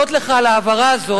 אני רוצה להודות לך על ההבהרה הזאת,